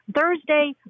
Thursday